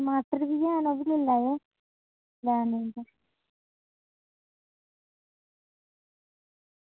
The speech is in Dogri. टमाटर बी हैन ओह्बी लेई लैयो शैल नंबर